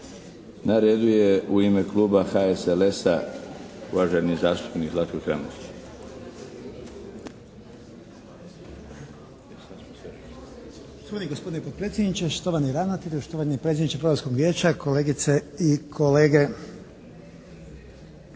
Na redu je u ime Kluba HSLS-a uvaženi zastupnik Zlatko Kramarić.